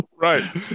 Right